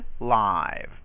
live